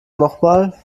nochmal